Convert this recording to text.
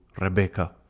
Rebecca